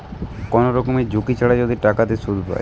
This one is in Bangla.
কোন রকমের ঝুঁকি ছাড়া যদি টাকাতে সুধ পায়